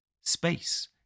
Space